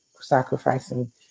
sacrificing